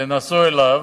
שנסעו אליו,